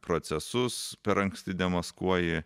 procesus per anksti demaskuoji